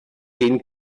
den